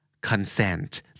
Consent